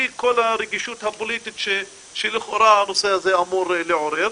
כל הרגישות הפוליטית שלכאורה הנושא הזה אמור לעורר,